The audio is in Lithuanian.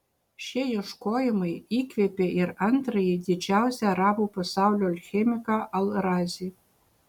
šie ieškojimai įkvėpė ir antrąjį didžiausią arabų pasaulio alchemiką al razį